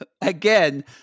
Again